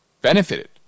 benefited